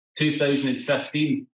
2015